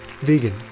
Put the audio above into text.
vegan